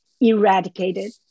eradicated